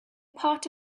part